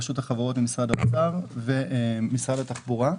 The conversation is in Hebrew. רשות החברות הממשלתיות ומשרד האוצר ומשרד התחבורה.